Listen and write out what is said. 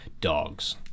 dogs